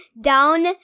down